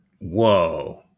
Whoa